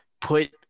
put